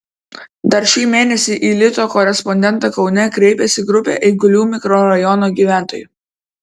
dar šį mėnesį į lito korespondentą kaune kreipėsi grupė eigulių mikrorajono gyventojų